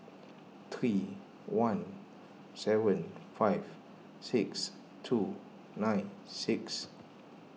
three one seven five six two nine six